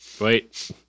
Wait